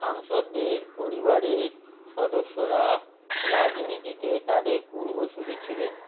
সাংসদদের পরিবারের সদস্যরা রাজনীতিতে তাদের পূর্বসূরী ছিলেন